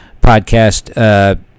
podcast